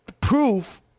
proof